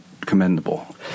commendable